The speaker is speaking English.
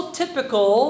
typical